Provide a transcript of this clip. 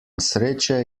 sreče